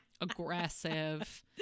aggressive